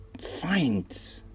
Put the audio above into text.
find